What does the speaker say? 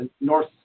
North